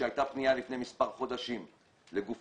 שכשהייתה פנייה לפני מספר חודשים לגופים,